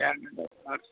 ఏంటండి